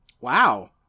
Wow